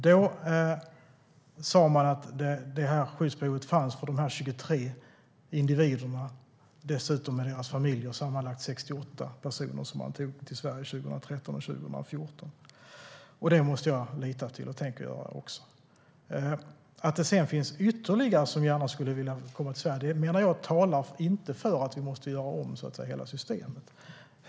Då sa man att det här skyddsbehovet fanns för dessa 23 individer, dessutom med familjer. Det var sammanlagt 68 personer som man tog till Sverige 2013 och 2014. Det måste jag lita till, och det tänker jag också göra. Att det sedan finns fler som gärna skulle vilja komma till Sverige menar jag inte talar för att vi måste göra om hela systemet.